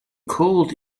called